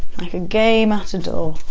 like a gay matador.